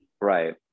Right